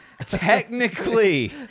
Technically